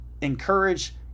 Encourage